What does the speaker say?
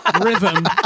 rhythm